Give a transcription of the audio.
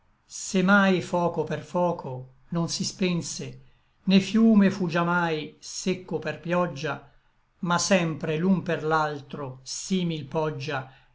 mai foco per foco non si spense né fiume fu già mai secco per pioggia ma sempre l'un per l'altro simil poggia